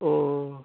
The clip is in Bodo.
अ